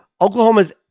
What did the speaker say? oklahoma's